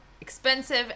Expensive